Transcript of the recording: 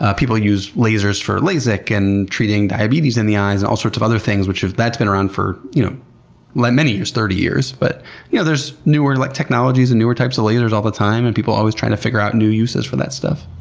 ah people used lasers for lasik, and treating diabetes in the eyes, and all sorts of other things. that's been around for you know like many years, thirty years, but yeah there's newer like technologies and newer types of lasers all the time and people always try to figure out new uses for that stuff.